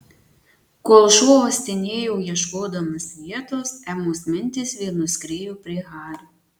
kol šuo uostinėjo ieškodamas vietos emos mintys vėl nuskriejo prie hario